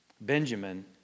Benjamin